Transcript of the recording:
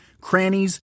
crannies